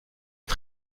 est